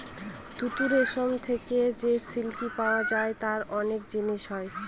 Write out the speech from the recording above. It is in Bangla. তুত রেশম থেকে যে সিল্ক পাওয়া যায় তার অনেক জিনিস হয়